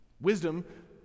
Wisdom